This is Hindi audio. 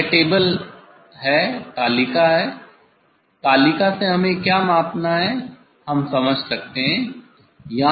यह तालिका है तालिका से हमें क्या मापना है हम समझ सकते हैं